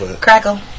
Crackle